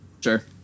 Sure